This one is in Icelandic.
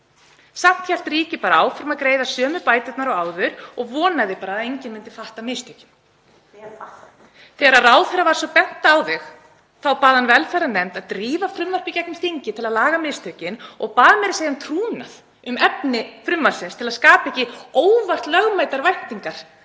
Samt hélt ríkið áfram að greiða sömu bæturnar og áður og vonaði bara að enginn myndi fatta mistökin. Þegar ráðherra var svo bent á þau þá bað hann velferðarnefnd að drífa frumvarp í gegnum þingið til að laga mistökin og bað meira að segja um trúnað um efni frumvarpsins til að skapa ekki óvart lögmætar væntingar